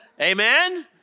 Amen